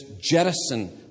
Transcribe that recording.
jettison